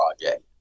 project